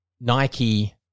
Nike